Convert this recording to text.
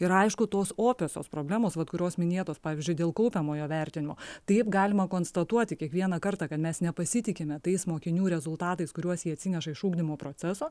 ir aišku tos opiosios problemos vat kurios minėtos pavyzdžiui dėl kaupiamojo vertinimo taip galima konstatuoti kiekvieną kartą kad mes nepasitikime tais mokinių rezultatais kuriuos jie atsineša iš ugdymo proceso